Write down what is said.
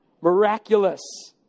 miraculous